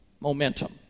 momentum